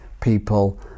people